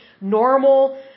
normal